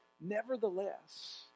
nevertheless